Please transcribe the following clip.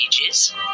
pages